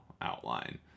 outline